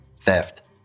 theft